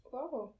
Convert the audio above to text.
Wow